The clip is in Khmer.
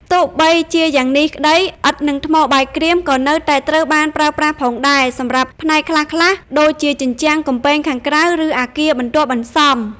ទោះបីជាយ៉ាងនេះក្តី ឥដ្ឋ និងថ្មបាយក្រៀម ក៏នៅតែត្រូវបានប្រើប្រាស់ផងដែរសម្រាប់ផ្នែកខ្លះៗដូចជាជញ្ជាំងកំពែងខាងក្រៅ ឬអគារបន្ទាប់បន្សំ។